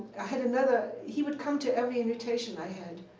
i had another he would come to every invitation i had.